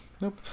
nope